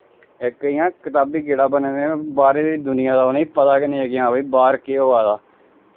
इक इ'यां कताबी कीड़ा बनन बाह्रै दी दुनियां दा उ'नेंगी पता गै नेईं कि हां भाई बाह्र केह् होआ दा